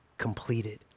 completed